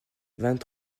vingt